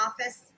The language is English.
office